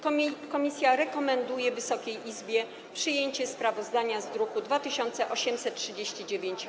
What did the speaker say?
Komisja rekomenduje Wysokiej Izbie przyjęcie sprawozdania z druku nr 2839-A.